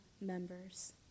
members